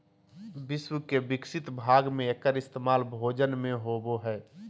विश्व के विकसित भाग में एकर इस्तेमाल भोजन में होबो हइ